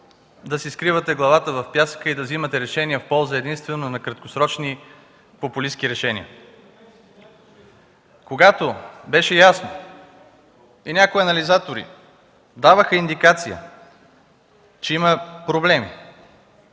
да си скривате главата в пясъка и да вземате решения в полза единствено на краткосрочни популистки решения. Когато беше ясно и някои анализатори даваха индикация, че има проблеми,